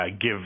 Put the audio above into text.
give